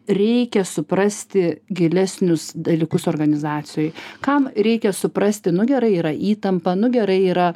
reikia suprasti gilesnius dalykus organizacijoj kam reikia suprasti nu gerai yra įtampa nu gerai yra